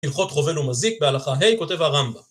הלכות חובל ומזיק, בהלכה ה' כותב הרמב״ם